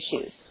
issues